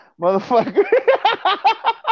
motherfucker